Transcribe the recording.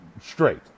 Straight